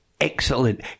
excellent